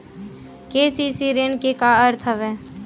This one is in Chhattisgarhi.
के.सी.सी ऋण के का अर्थ हवय?